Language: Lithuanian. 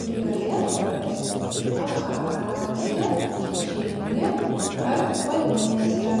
kurį galėtų paversti abchazija čečėnija ar padniestre